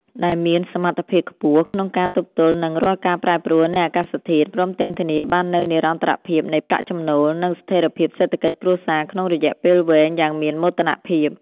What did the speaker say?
ដែលមានសមត្ថភាពខ្ពស់ក្នុងការទប់ទល់នឹងរាល់ការប្រែប្រួលនៃអាកាសធាតុ ព្រមទាំងធានាបាននូវនិរន្តរភាពនៃប្រាក់ចំណូល និងស្ថិរភាពសេដ្ឋកិច្ចគ្រួសារក្នុងរយៈពេលវែងយ៉ាងមានមោទនភាព។